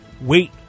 Wait